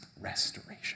restoration